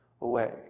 away